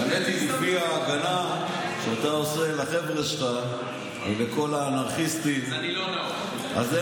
האמת היא שלפי ההגנה שאתה עושה לחבר'ה שלך ולכל האנרכיסטים אז אין מצב.